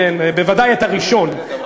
בוודאי את הראשון,